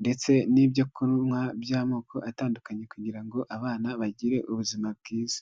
ndetse n'ibyo kunywa by'amoko atandukanye kugira ngo abana bagire ubuzima bwiza.